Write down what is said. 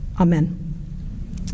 Amen